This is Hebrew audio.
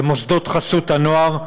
במוסדות חסות הנוער.